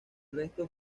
restos